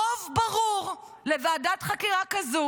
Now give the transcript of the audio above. רוב ברור לוועדת חקירה כזאת